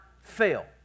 fail